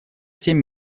семь